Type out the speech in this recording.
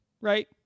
right